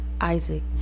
isaac